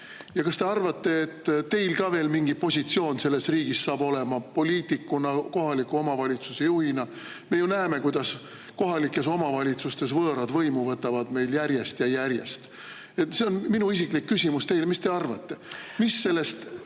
Kas te arvate, et teil ka mingi positsioon selles riigis saab olema poliitikuna, kohaliku omavalitsuse juhina? Me ju näeme, kuidas kohalikes omavalitsustes võõrad võimu võtavad järjest ja järjest. See on minu isiklik küsimus teile: mis te arvate, mis Eestist